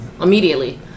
Immediately